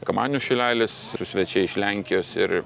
kamanių šilelis svečiai iš lenkijos ir